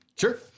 Sure